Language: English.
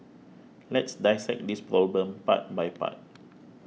let's dissect this problem part by part